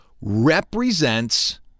represents